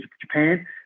Japan